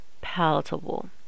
palatable